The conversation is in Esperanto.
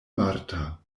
marta